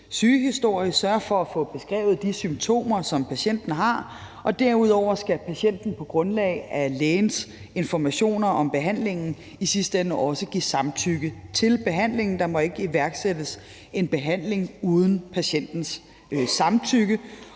sygehistorie og sørge for at få beskrevet de symptomer, som patienten har, og derudover skal patienten på grundlag af lægens informationer om behandlingen i sidste ende også give samtykke til behandlingen. Der må ikke iværksættes en behandling uden patientens samtykke.